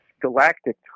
galactic